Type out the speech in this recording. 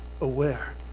aware